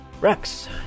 Rex